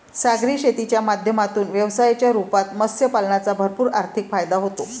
सागरी शेतीच्या माध्यमातून व्यवसायाच्या रूपात मत्स्य पालनाचा भरपूर आर्थिक फायदा होतो